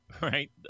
right